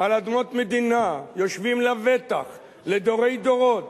אדמות מדינה, ויושבים לבטח לדורי דורות.